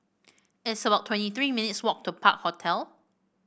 it's about twenty three minutes walk to Park Hotel